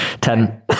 Ten